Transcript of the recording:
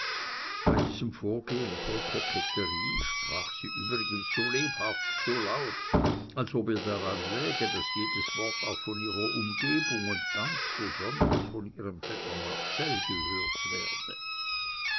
bei diesem vorgehen voll koketterie sprach sie übrigens so lebhaft so laut als ob ihr daran läge daß jedes wort auch von ihrer umgebung und ganz besonders von ihrem vetter marcell gehört werde